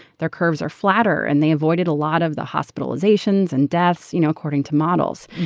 their curves are flatter, and they avoided a lot of the hospitalizations and deaths, you know, according to models.